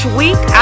week